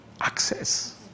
access